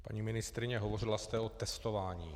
Paní ministryně, hovořila jste o testování.